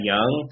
Young